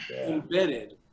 embedded